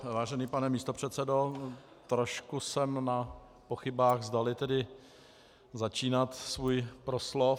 Vážený pane místopředsedo, trošku jsem na pochybách, zdali začínat svůj proslov.